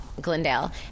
Glendale